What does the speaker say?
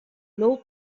low